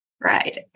Right